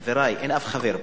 חברי, אין אף חבר פה.